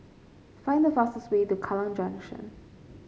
find the fastest way to Kallang Junction